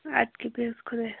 ادٕ کیا بِہِو حظ خۄدایس حوال